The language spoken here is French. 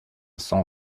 cent